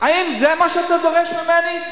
האם זה מה שאתה דורש ממני,